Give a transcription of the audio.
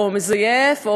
או מזייף,